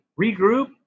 Regroup